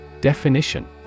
Definition